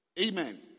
Amen